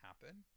happen